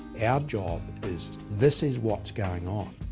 our job is this is what's going on.